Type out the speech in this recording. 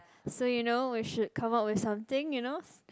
so you know we should come up with something you know